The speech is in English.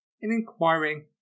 inquiring